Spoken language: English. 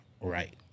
right